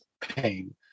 pain